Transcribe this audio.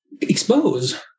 expose